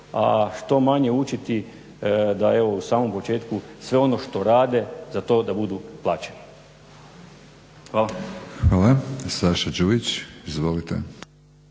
a što manje učiti da evo u samom početku sve ono što rade za to da budu plaćeni. Hvala. **Batinić, Milorad